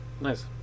nice